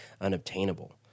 unobtainable